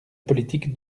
politique